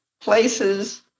places